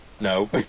No